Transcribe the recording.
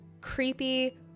creepy